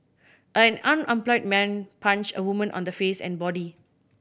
an unemployed man punched a woman on the face and body